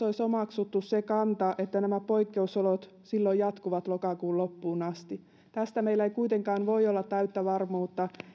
olisi omaksuttu se kanta että nämä poikkeusolot silloin jatkuvat lokakuun loppuun asti tästä meillä ei kuitenkaan voi olla täyttä varmuutta